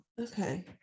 Okay